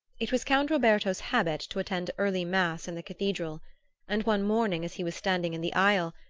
it was count roberto's habit to attend early mass in the cathedral and one morning, as he was standing in the aisle,